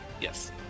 Yes